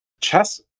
chess